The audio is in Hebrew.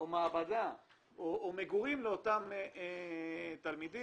מעבדה או מגורים לאותם תלמידים,